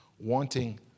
wanting